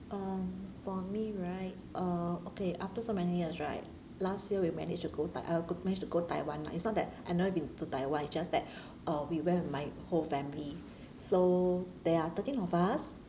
uh for me right uh okay after so many years right last year we managed to go tai~ uh go we managed to go taiwan lah it's not that I never been to taiwan it's just that uh we went with my whole family so there are thirteen of us